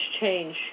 change